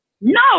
No